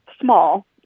small